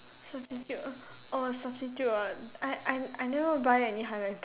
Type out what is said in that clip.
substitute uh orh substitute ah I I I never buy any highlighter